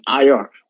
IR